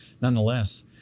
Nonetheless